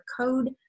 code